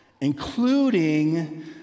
including